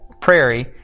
prairie